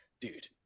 dude